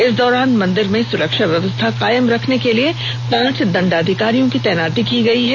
इस दौरान मंदिर में सुरक्षा व्यवस्था कायम रखने के लिए पांच दंडाधिकारियों की तैनाती की गई है